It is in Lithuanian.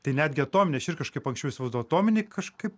tai netgi atominį aš ir kažkaip anksčiau įsivaizdavau atominį kažkaip